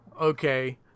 Okay